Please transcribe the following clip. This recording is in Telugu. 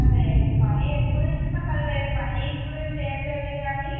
అదే మనీ ఎక్కువ తీసుకున్నా పర్లేదు మనీ గురించి ఏం లేదు కాని